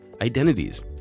identities